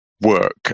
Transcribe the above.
work